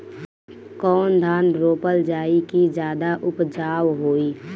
कौन धान रोपल जाई कि ज्यादा उपजाव होई?